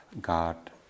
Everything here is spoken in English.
God